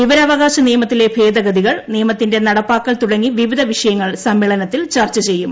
വിവരാവകാശ നിയമത്തിലെ ഭേദഗതികൾ നിയമത്തിന്റെ നടപ്പാക്കൽ തുടങ്ങി വിവിധ വിഷയങ്ങൾ സമ്മേളനത്തിൽ ചർച്ച ചെയ്യും